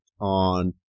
on